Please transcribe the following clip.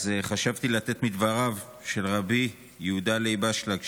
אז חשבתי להביא מדבריו של רבי יהודה לייב אשלג,